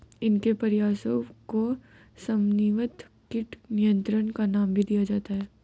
इनके प्रयासों को समन्वित कीट नियंत्रण का नाम भी दिया जाता है